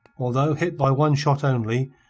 although hit by one shot only,